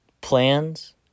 plans